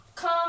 come